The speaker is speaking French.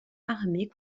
armée